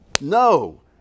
No